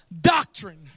doctrine